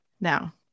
now